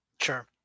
Sure